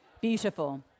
beautiful